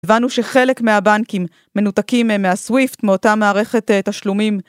הבנו שחלק מהבנקים מנותקים מהסוויפט מאותה מערכת את תשלומים